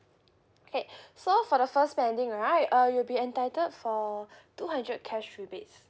okay so for the first spending right uh you'll be entitled for two hundred cash rebates